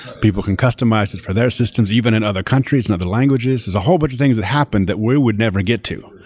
people can customize it for their systems, even in other countries, in other languages. there's a whole bunch of things that happen that we would never get to.